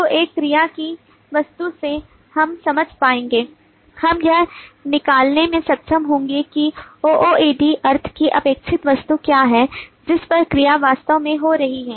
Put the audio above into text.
तो एक क्रिया की वस्तु से हम समझ पाएंगे हम यह निकालने में सक्षम होंगे कि OOAD अर्थ की अपेक्षित वस्तु क्या है जिस पर क्रिया वास्तव में हो रही है